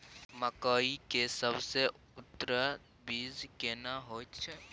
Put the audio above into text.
मकई के सबसे उन्नत बीज केना होयत छै?